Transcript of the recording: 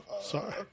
Sorry